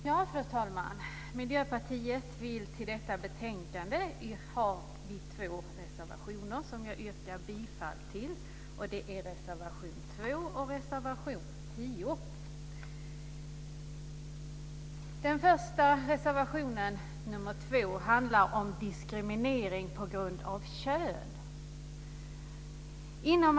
Fru talman! Miljöpartiet har vid detta betänkande två reservationer som jag yrkar bifall till, nämligen reservationerna 2 och 10. Reservation 2 handlar om diskriminering på grund av kön.